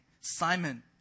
Simon